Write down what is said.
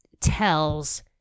tells